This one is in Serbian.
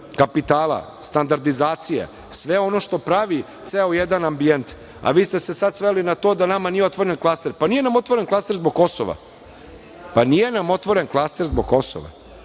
kapitala, standardizacije, sve ono što pravi ceo jedan ambijent, a vi ste se sad sveli na to da nama nije otvoren klaster. Pa nije nam otvoren klaster zbog Kosova. Pa nije nam otvoren klaster zbog Kosova.